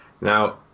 Now